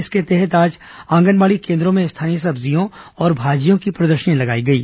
इसके तहत आज आंगनबाड़ी केन्द्रों में स्थानीय सब्जियों और भाजियों की प्रदर्शनी लगाई गई